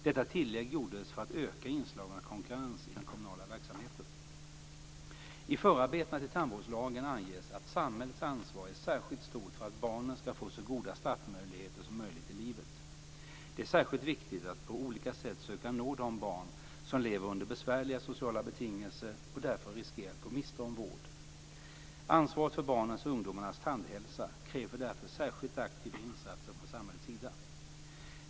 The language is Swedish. Detta tillägg gjordes för att öka inslagen av konkurrens i den kommunala verksamheten. I förarbetena till tandvårdslagen anges att samhällets ansvar är särskilt stort för att barnen skall få så goda startmöjligheter som möjligt i livet. Det är särskilt viktigt att på olika sätt söka nå de barn som lever under besvärliga sociala betingelser och därför riskerar att gå miste om vård. Ansvaret för barnens och ungdomarnas tandhälsa kräver därför särskilt aktiva insatser från samhällets sida.